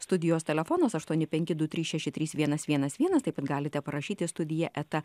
studijos telefonas aštuoni penki du trys šeši trys vienas vienas vienas taip galite parašyti studija eta